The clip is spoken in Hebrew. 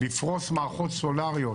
לפרוס מערכות סולאריות